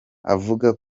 avuga